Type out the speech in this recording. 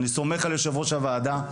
אני סומך על יושב ראש הוועדה.